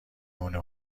مونه